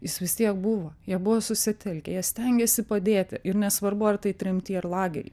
jis vis tiek buvo jie buvo susitelkę jie stengėsi padėti ir nesvarbu ar tai tremty ar lagery